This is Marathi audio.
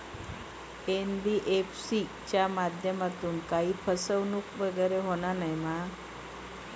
एन.बी.एफ.सी च्या माध्यमातून काही फसवणूक वगैरे होना नाय मा?